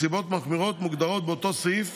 "נסיבות מחמירות" מוגדרות באותו סעיף